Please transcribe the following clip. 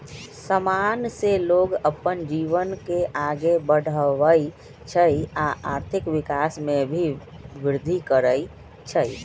समान से लोग अप्पन जीवन के आगे बढ़वई छई आ आर्थिक विकास में भी विर्धि करई छई